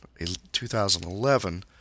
2011